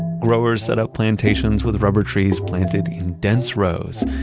growers set up plantations with rubber trees planted in dense rows,